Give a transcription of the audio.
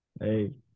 Hey